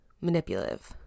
Manipulative